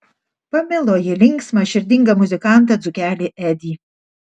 pamilo ji linksmą širdingą muzikantą dzūkelį edį